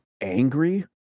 angry